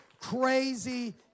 crazy